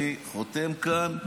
אני חותם כאן,